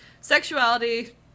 Sexuality